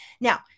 now